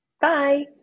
Bye